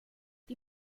die